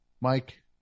Mike